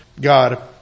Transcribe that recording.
God